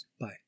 Bye